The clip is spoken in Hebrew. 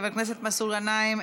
חבר הכנסת מסעוד גנאים,